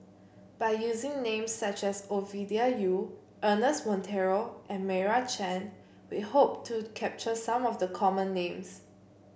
by using names such as Ovidia Yu Ernest Monteiro and Meira Chand we hope to capture some of the common names